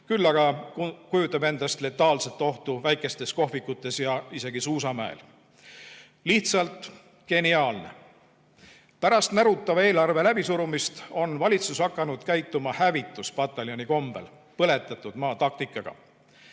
küll aga kujutab see endast letaalset ohtu väikestes kohvikutes ja isegi suusamäel. Lihtsalt geniaalne! Pärast närutava eelarve läbisurumist on valitsus hakanud käituma hävituspataljoni kombel, põletatud maa taktikaga.